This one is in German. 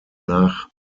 nach